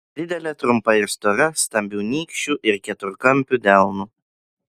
didelė trumpa ir stora stambiu nykščiu ir keturkampiu delnu